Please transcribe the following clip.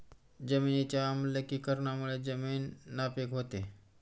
जमिनीच्या आम्लीकरणामुळे जमीन नापीक होते